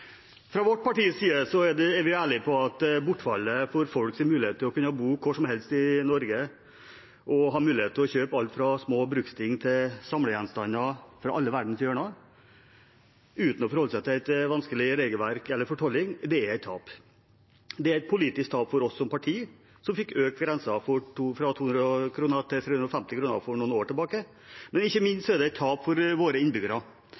Fra vårt partis side er vi ærlig på at bortfallet av folks mulighet til å bo hvor som helst i Norge og ha mulighet til å kjøpe alt fra små bruksting til samlegjenstander fra alle verdens hjørner, uten å forholde seg til et vanskelig regelverk eller fortolling, er et tap. Det er et politisk tap for oss som parti, som fikk økt grensen fra 200 kr til 350 kr for noen år tilbake, men ikke minst er det et tap for våre innbyggere.